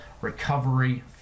recovery